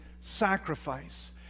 sacrifice